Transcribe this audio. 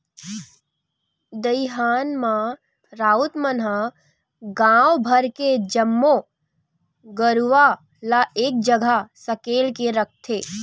दईहान म राउत मन ह गांव भर के जम्मो गरूवा ल एक जगह सकेल के रखथे